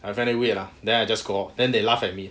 I find it weird ah then I just go out then they laugh at me eh